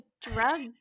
drug